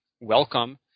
welcome